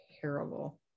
terrible